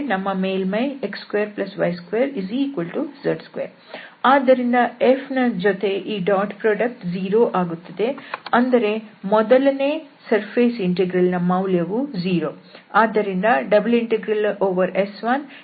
ಆದ್ದರಿಂದ Fನ ಜೊತೆ ಈ ಡಾಟ್ ಪ್ರಾಡಕ್ಟ್ 0 ಆಗುತ್ತದೆ ಅಂದರೆ ಮೊದಲನೇ ಸರ್ಫೇಸ್ ಇಂಟೆಗ್ರಲ್ ನ ಮೌಲ್ಯವು 0